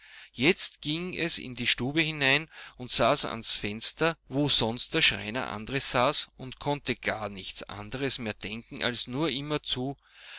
jetzt ging es in die stube hinein und saß ans fenster wo sonst der schreiner andres saß und konnte gar nichts anderes mehr denken als nur immerzu